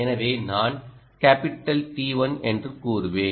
எனவே நான் T capital T 1 என்று கூறுவேன்